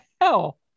hell